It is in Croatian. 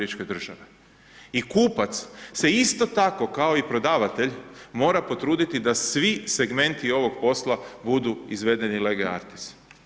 I kupac se isto tako kao i prodavatelj mora potruditi da svi segmenti ovog posla budu izvedeni lege artis.